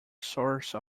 source